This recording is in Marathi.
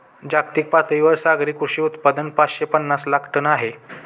जागतिक पातळीवर सागरी कृषी उत्पादन पाचशे पनास लाख टन आहे